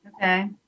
Okay